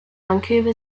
vancouver